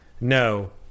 no